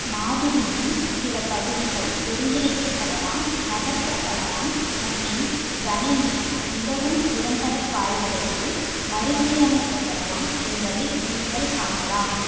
மாதிரியின் சில பகுதிகள் ஒருங்கிணைக்கப்படலாம் நகர்த்தப்படலாம் மற்றும் கணினி மிகவும் திறம்பட பாய்வதற்கு மறுசீரமைக்கப்படலாம் என்பதை நீங்கள் காணலாம்